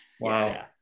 wow